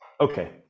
Okay